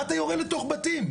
מה אתה יורה לתוך בתים.